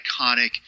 iconic